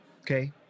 Okay